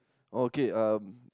okay erm